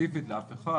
להם פליטים.